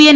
N